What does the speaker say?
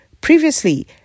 Previously